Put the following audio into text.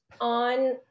on